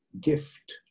gift